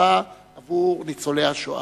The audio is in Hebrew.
לקצבה עבור ניצולי השואה.